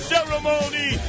Ceremony